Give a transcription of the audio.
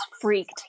freaked